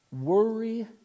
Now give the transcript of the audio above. worry